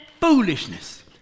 foolishness